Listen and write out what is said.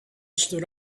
stood